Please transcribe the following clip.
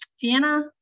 Vienna